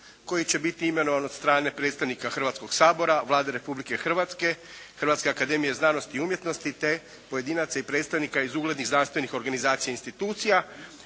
koji će biti imenovan od strane predstavnika Hrvatskog sabora, Vlade Republike Hrvatske, Hrvatske akademije znanosti i umjetnosti te pojedinaca i predstavnika iz uglednih znanstvenih organizacija i institucija